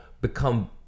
become